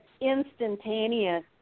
instantaneous